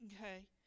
Okay